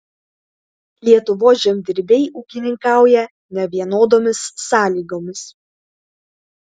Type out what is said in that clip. lietuvos žemdirbiai ūkininkauja nevienodomis sąlygomis